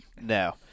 No